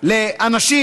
לאנשים